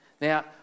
Now